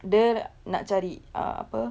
dia nak cari err apa